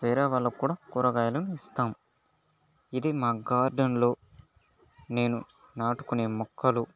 వేరే వాళ్లకు కూడా కూరగాయలు ఇస్తాం ఇది మా గార్డెన్ లో నేను నాటుకునే మొక్కలు